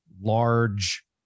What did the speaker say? large